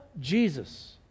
jesus